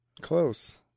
Close